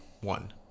one